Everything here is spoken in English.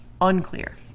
Unclear